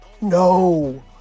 no